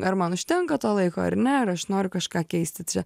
ar man užtenka to laiko ar ne ar aš noriu kažką keisti čia